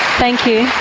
thank you